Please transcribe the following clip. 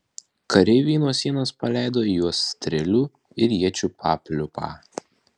kareiviai nuo sienos paleido į juos strėlių ir iečių papliūpą